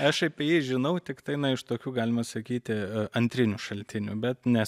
aš apie jį žinau tiktai na iš tokių galima sakyti antrinių šaltinių bet ne